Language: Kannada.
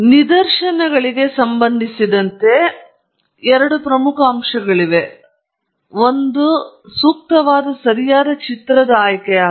ಆದ್ದರಿಂದ ನಿದರ್ಶನಗಳಿಗೆ ಸಂಬಂಧಿಸಿದಂತೆ ನಾವು ನೋಡಬೇಕಾದ ಎರಡು ಪ್ರಮುಖ ಅಂಶಗಳಿವೆ ಮೊದಲನೆಯದು ಸೂಕ್ತವಾದ ಸರಿಯಾದ ಚಿತ್ರದ ಆಯ್ಕೆಯಾಗಿದೆ